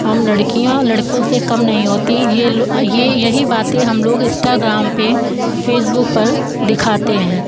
हम लड़कियाँ लड़कों से कम नहीं होती है ये लो यही बातें हम लोग इंस्टाग्राम पे फ़ेसबुक पर दिखाते हैं